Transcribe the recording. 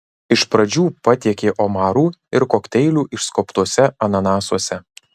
iš pradžių patiekė omarų ir kokteilių išskobtuose ananasuose